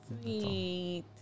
Sweet